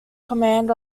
command